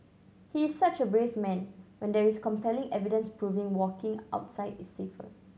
he is such a brave man when there is compelling evidence proving walking outside is safer